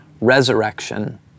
resurrection